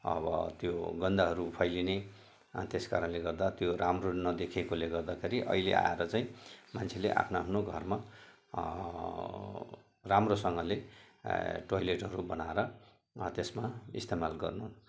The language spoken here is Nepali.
अब त्यो गन्धहरू फैलिने त्यस कारणले गर्दा त्यो राम्रो नदेखेकोले गर्दाखेरि अहिले आएर चाहिँ मान्छेले आफ्नो आफ्नो घरमा राम्रोसँगले टोइलेटहरू बनाएर त्यसमा इस्तमाल गर्नु